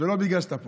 ולא בגלל שאתה פה.